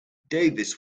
davis